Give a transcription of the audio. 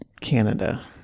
canada